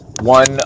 one